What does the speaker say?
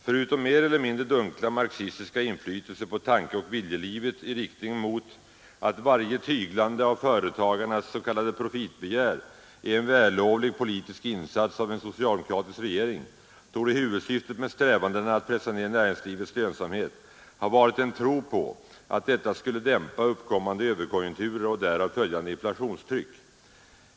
Förutom mer eller mindre dunkla marxistiska inflytelser på tankeoch viljelivet i riktning mot att varje tyglande av företagarnas ”profitbegär” är en vällovlig politisk insats av en socialdemokratisk regering torde huvudsyftet med strävandena att pressa ned näringslivets lönsamhet ha varit en tro på att detta skulle dämpa uppkommande överkonjunkturer och därav följande inflationstryck.